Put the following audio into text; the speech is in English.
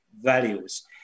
values